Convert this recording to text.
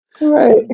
right